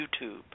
YouTube